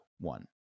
one